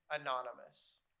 anonymous